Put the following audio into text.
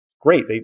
great